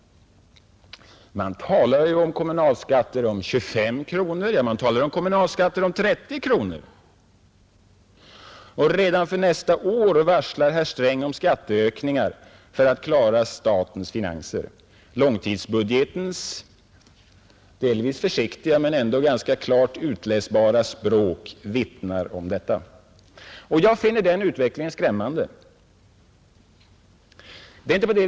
Man talar ju om kommunalskatter på 25, ja 30 kronor. Redan för nästa år varslar herr Sträng om skatteökningar för att klara statens finanser. Långtidsbudgetens delvis försiktiga men ändå ganska klart utläsbara språk vittnar om detta. Jag finner denna utveckling skrämmande.